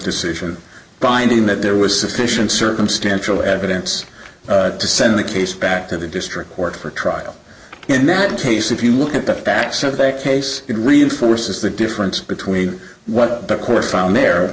decision finding that there was sufficient circumstantial evidence to send the case back to the district court for trial in that case if you look at the facts of that case it reinforces the difference between what the court found the